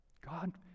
God